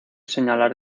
señalar